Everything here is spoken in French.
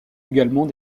également